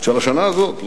של השנה הזאת,